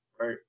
right